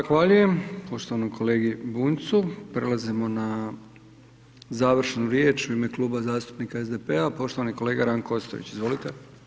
Zahvaljujem poštovanom kolegi Bunjcu, prelazimo na završnu riječ, u ime Kluba zastupnika SDP-a, poštovani kolega Ranko Ostojić, izvolite.